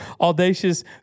audacious